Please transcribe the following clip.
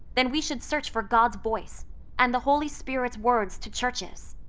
then we should search for god's voice and the holy spirit's words to churches.